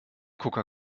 coca